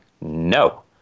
No